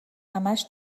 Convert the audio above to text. همش